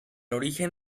origen